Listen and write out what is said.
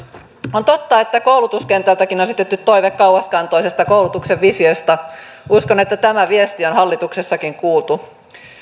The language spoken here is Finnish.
on totta että koulutuskentältäkin on esitetty toive kauaskantoisesta koulutuksen visiosta uskon että tämä viesti on hallituksessakin kuultu